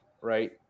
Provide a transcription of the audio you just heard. right